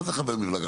מה זה חבר מפלגה?